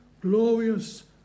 glorious